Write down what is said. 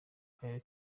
karere